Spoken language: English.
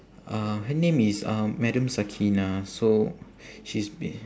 uh her name is um madam sakinah so she's b~